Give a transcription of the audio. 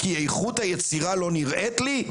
כי איכות היצירה לא נראית לי,